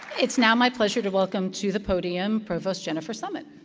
it's now my pleasure to welcome to the podium provost jennifer summit.